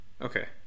okay